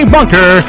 Bunker